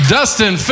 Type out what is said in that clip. Dustin